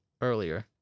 Earlier